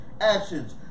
actions